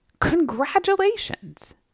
Congratulations